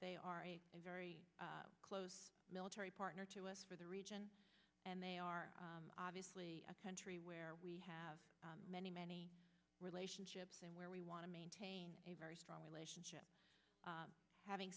they are very close military partner to us for the region and they are obviously a country where we have many many relationships and where we want to maintain a very strong relationship having